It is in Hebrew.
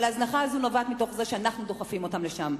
אבל ההזנחה הזאת נובעת מזה שאנחנו דוחפים אותם לשם.